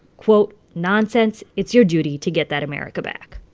quote, nonsense it's your duty to get that america back.